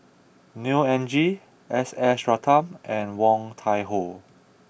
Neo Anngee S S Ratnam and Woon Tai Ho